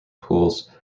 pools